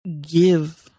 give